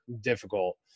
difficult